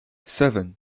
seven